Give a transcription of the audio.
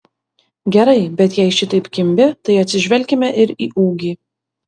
gerai bet jei šitaip kimbi tai atsižvelkime ir į ūgį